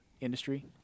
industry